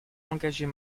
engager